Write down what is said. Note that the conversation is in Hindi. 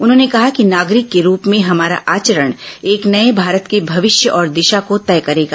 उन्होंने कहा कि नागरिक के रूप में हमारा आचरण एक नए भारत के भविष्य और दिशा को तय करेगा